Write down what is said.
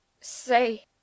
Say